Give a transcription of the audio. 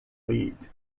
league